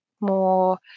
more